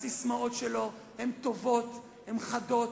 הססמאות שלו טובות וחדות,